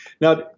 Now